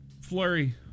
Flurry